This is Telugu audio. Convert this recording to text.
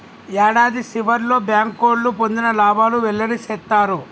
యాడాది సివర్లో బ్యాంకోళ్లు పొందిన లాబాలు వెల్లడి సేత్తారు